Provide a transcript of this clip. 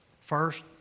First